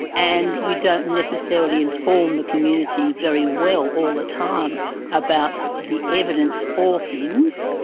and we don't necessarily inform the community very well all the time about the evidence for things.